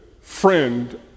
friend